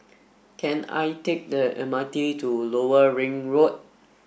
can I take the M R T to Lower Ring Road